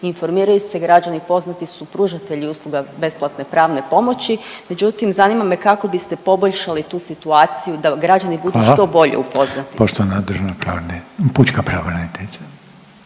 informiraju se građani, poznati su pružatelji usluga besplatne pravne pomoći. Međutim, zanima me kako biste poboljšali tu situaciju da građani …/Upadica Reiner: Hvala./… budu što bolje upoznati …?